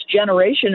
generation